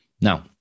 Now